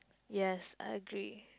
yes I agree